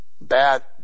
bad